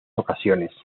ocasiones